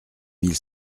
mille